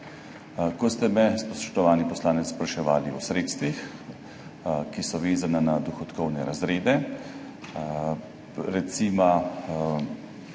Ker ste me, spoštovani poslanec, spraševali o sredstvih, ki so vezana na dohodkovne razrede, nekaj